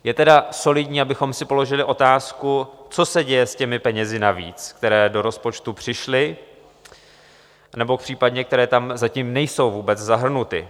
Je tedy solidní, abychom si položili otázku, co se děje s těmi penězi navíc, které do rozpočtu přišly, nebo případně které tam zatím nejsou vůbec zahrnuty.